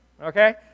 Okay